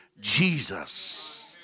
Jesus